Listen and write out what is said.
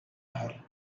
her